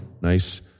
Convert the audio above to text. Nice